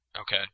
Okay